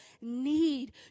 need